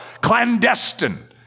clandestine